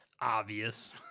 Obvious